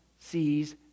sees